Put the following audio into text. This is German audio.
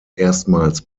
erstmals